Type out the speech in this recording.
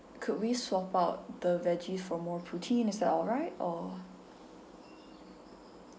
could we swap out the veggie for more protein is that alright or